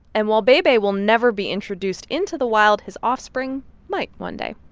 and while bei bei will never be introduced into the wild, his offspring might one day.